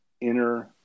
inner